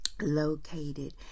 located